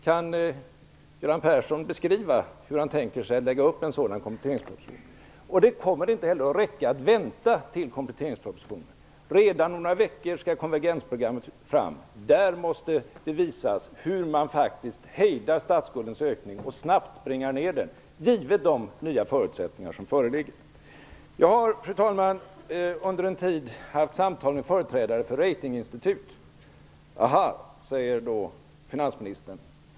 Kan Göran Persson beskriva hur han tänker lägga upp en sådan kompletteringsproposition? Det kommer ändå inte att räcka med att vänta på kompletteringspropositionen. Redan om några veckor skall konvergensprogrammet tas fram, och där måste det visas hur man faktiskt hejdar statsskuldökningen och snabbt bringar ned den, med de nya förutsättningar som föreligger. Jag har, fru talman, under en tid haft samtal med företrädare för ratinginstitut. Finansministern kommer nu att säga: Aha!